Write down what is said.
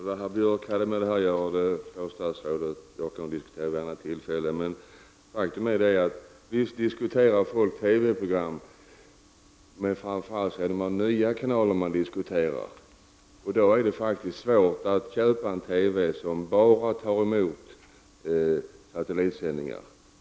Herr talman! Vad herr Björck har med det här att göra får statsrådet och jag diskutera vid ett annat tillfälle. Men faktum är att människor visst diskuterar TV-program, och framför allt är det de nya kanalerna som man diskuterar. Det är faktiskt svårt att köpa en TV som bara tar emot satellitsändningar.